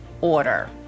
order